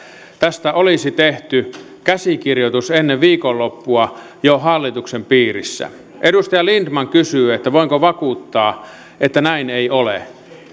tästä olisi tehty käsikirjoitus jo ennen viikonloppua hallituksen piirissä edustaja lindtman kysyi voinko vakuuttaa että näin ei ole